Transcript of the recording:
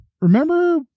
remember